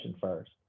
first